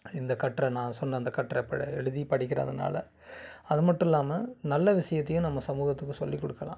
இந்த கட்டுரை நான் சொன்ன அந்த கட்டுரை பிழை எழுதி படிக்கிறதுனால அது மட்டும் இல்லாமல் நல்ல விஷயத்தையும் நம்ம சமூகத்துக்கு சொல்லிக் கொடுக்கலாம்